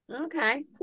Okay